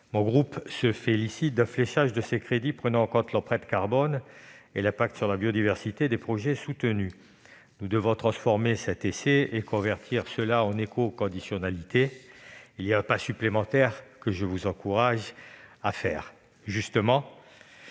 Mon groupe se félicite d'un fléchage de ces crédits prenant en compte l'empreinte carbone et l'impact sur la biodiversité des projets soutenus. Nous devons transformer l'essai et convertir cela en écoconditionnalité. Il y a un pas supplémentaire que j'encourage le